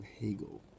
Hegel